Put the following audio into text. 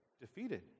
defeated